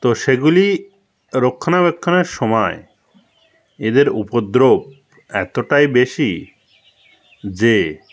তো সেগুলি রক্ষনাবেক্ষনের সময় এদের উপদ্রব এতটাই বেশি যে